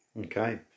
Okay